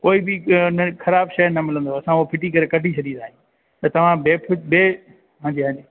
कोई बि न ख़राबु शइ न मिलंदव असां उहो फिटी करे कढी छॾींदा आहियूं त तव्हां बे बे हांजी हांजी